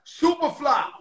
Superfly